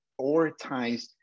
prioritize